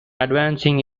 advancing